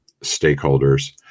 stakeholders